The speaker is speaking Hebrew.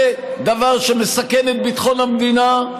זה דבר שמסכן את ביטחון המדינה,